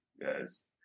yes